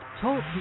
Talk